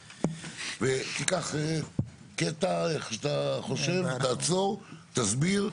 תיקח קטע, איך שאתה חושב, תעצור, תסביר,